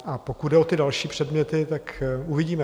A pokud jde o další předměty, tak uvidíme.